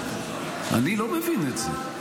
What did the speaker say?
אני לא מבין את זה.